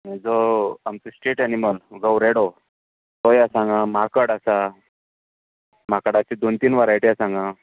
जो आमचो state animal गवो रेडो तोय आसा हांगा माकड आसा माकडांची दोन तीन वरायटी आसा हांगा